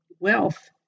Wealth